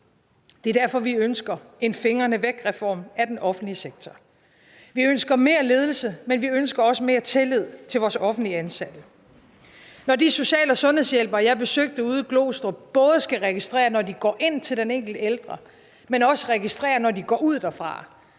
Det er derfor, vi ønsker en fingrene væk-reform af den offentlige sektor. Vi ønsker mere ledelse, men vi ønsker også mere tillid til vores offentligt ansatte. Når de social- og sundhedshjælpere, jeg besøgte ude i Glostrup, både skal registrere, når de går ind til den enkelte ældre, men også registrere, når de går ud derfra,